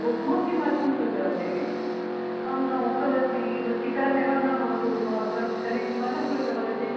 उप्मा किमर्थं कृतवती रे अहं न उक्तवती रुचिकरमेव न भवति उप्मा किमर्थं कृतवती